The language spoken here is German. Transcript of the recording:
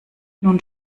nun